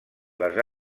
les